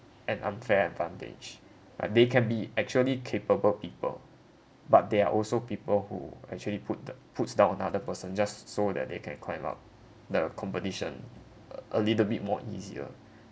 an unfair advantage but they can be actually capable people but there are also people who actually put the puts down another person just s~ so that they can climb up the competition a a little bit more easier